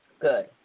Good